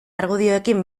argudioekin